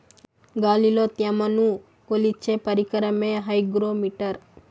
గాలిలో త్యమను కొలిచే పరికరమే హైగ్రో మిటర్